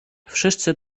wszyscy